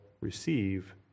receive